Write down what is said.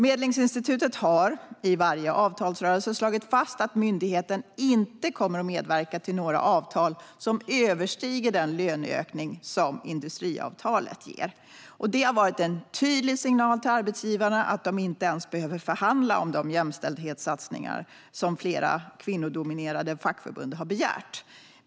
Medlingsinstitutet har i varje avtalsrörelse slagit fast att myndigheten inte kommer att medverka till några avtal som överstiger den löneökning som industriavtalet ger. Det har varit en tydlig signal till arbetsgivarna att de inte ens behöver förhandla om de jämställdhetssatsningar som flera kvinnodominerade fackförbund har begärt.